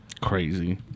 Crazy